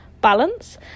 Balance